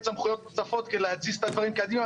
סמכויות נוספות כדי להזיז את הדברים קדימה.